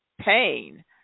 Pain